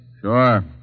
Sure